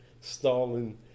Stalin